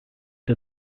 der